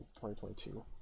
2022